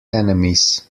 enemies